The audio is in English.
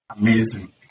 Amazing